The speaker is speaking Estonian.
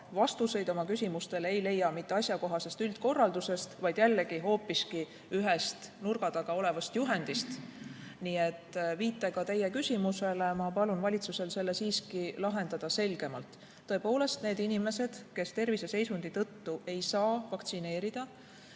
vastuseid oma küsimustele ei leia te mitte asjakohasest üldkorraldusest, vaid jällegi hoopis ühest nurga taga olevast juhendist. Viitega teie küsimusele ma palun valitsusel selle lahendada siiski selgemalt. Tõepoolest, need inimesed, kes terviseseisundi tõttu ei saa vaktsineerida,